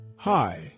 Hi